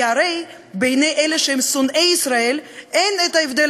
כי הרי בעיני אלה שהם שונאי ישראל אין ההבדל